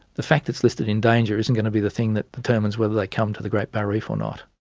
the fact it's listed in danger isn't going to be the thing that determines whether they come to the great barrier reef or not.